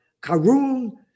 Karun